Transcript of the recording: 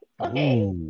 Okay